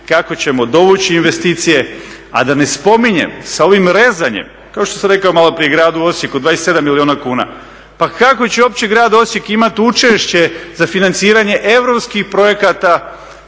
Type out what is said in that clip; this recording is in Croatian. kako ćemo dovući investicije. A da ne spominjem sa ovim rezanjem, kao što sam rekao maloprije gradu Osijeku 27 milijuna kuna, pa kako će uopće grad Osijek imat učešće za financiranje europskih projekata,